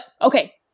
okay